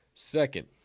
Second